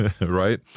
right